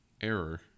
error